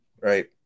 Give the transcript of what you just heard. right